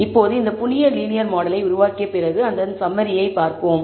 இப்போது இந்த புதிய லீனியர் மாடலை உருவாக்கிய பிறகு அதன் சம்மரியை பார்ப்போம்